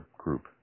group